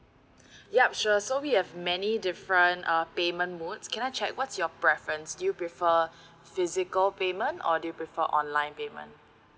yup sure so we have many different uh payment modes can I check what's your preference do you prefer physical payment or do you prefer online payment